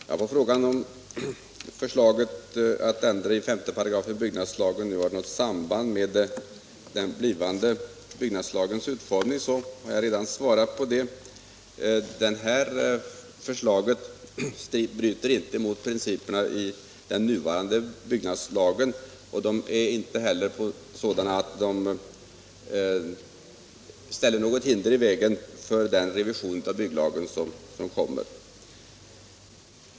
Herr talman! På frågan om förslaget till ändring av 5 § byggnadslagen har att göra med den blivande byggnadslagens utformning har jag redan svarat. Det här förslaget bryter inte mot principen i den nuvarande byggnadslagen och lägger inte heller något hinder i vägen för den kommande revisionen av byggnadslagen.